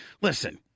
listen